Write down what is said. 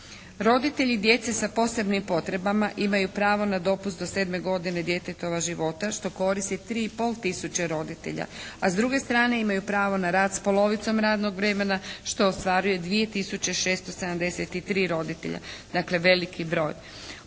Roditelji djece sa posebnim potrebama imaju pravo na dopust do 7 godine djetetova života, što koristi 3 i pol tisuće roditelja. A s druge strane imaju pravo na rad s polovicom radnog vremena, što ostvaruje 2 tisuće 673 roditelja, dakle veliki broj.